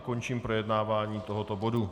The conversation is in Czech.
Končím projednávání tohoto bodu.